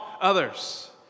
others